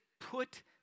put